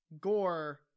gore